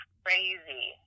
crazy